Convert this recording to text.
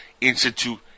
institute